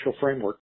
framework